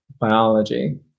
biology